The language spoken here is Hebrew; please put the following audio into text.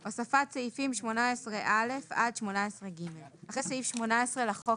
הוספת סעיפים 18א עד 18ג 15. אחרי סעיף 18 לחוק